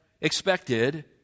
expected